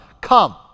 Come